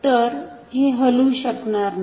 तर हे हलू शकत नाही